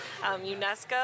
unesco